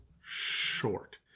short